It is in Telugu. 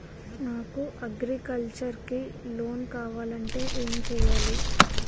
నాకు అగ్రికల్చర్ కి లోన్ కావాలంటే ఏం చేయాలి?